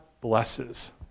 blesses